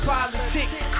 Politics